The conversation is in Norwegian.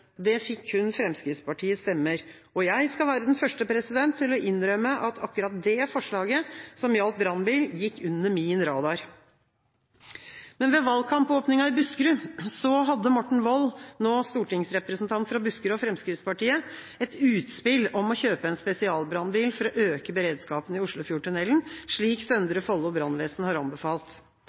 Det fikk kun Fremskrittspartiets stemmer. Jeg skal være den første til å innrømme at akkurat det forslaget som gjaldt brannbil, gikk under min radar. Men ved valgkampåpningen i Buskerud hadde Morten Wold, nå stortingsrepresentant fra Buskerud og Fremskrittspartiet, et utspill om å kjøpe en spesialbrannbil for å øke beredskapen i Oslofjordtunnelen, slik Søndre Follo Brannvesen IKS har anbefalt.